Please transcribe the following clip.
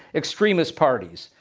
extremist parties.